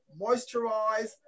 moisturize